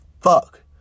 fuck